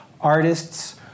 artists